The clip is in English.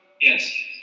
Yes